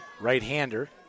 Right-hander